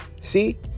See